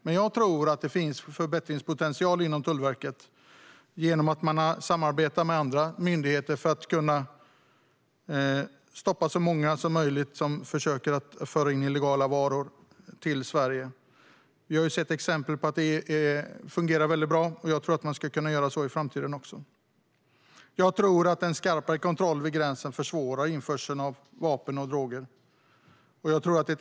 Men jag tror att det finns förbättringspotential inom Tullverket genom att det samarbetar med andra myndigheter för att kunna stoppa så många som möjligt som försöker att föra in illegala varor till Sverige. Vi har sett exempel på att det fungerar väldigt bra. Jag tror att man skulle kunna göra så också i framtiden. En skarpare kontroll vid gränsen försvårar införseln av vapen och droger.